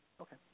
Okay